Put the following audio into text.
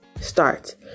start